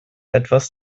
etwas